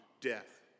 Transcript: death